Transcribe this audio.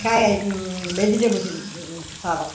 கா வெஜிடபுள் சாதம்